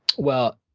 well,